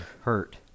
hurt